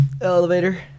elevator